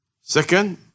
Second